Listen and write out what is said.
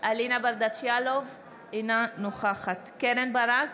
אינה נוכחת קרן ברק,